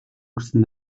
болсон